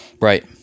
Right